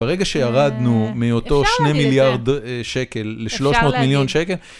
ברגע שירדנו מאותו שני מיליארד שקל לשלוש מאות מיליון שקל, אפשר להגיד